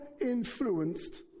influenced